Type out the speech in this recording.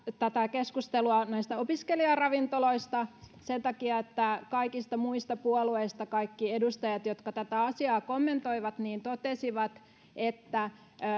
tätä keskustelua näistä opiskelijaravintoloista sen takia että kaikista muista puolueista kaikki edustajat jotka tätä asiaa kommentoivat totesivat että